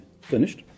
finished